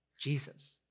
Jesus